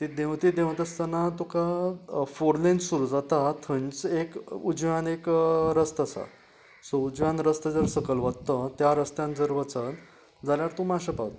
तीं देंवती देंवता आसतना तुका फोर लेन सुरूं जाता थंयच एक उजव्यान एक रस्तो आसा सो उजव्यान रस्तो जर सकयल वता तो त्या रस्त्यान जाल्यार तूं मुखार वचत जाल्यार तूं माश्यां पावता